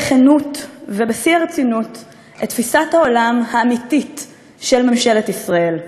בכנות ובשיא הרצינות את תפיסת העולם האמיתית של ממשלת ישראל.